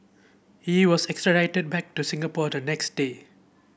he was extradited back to Singapore the next day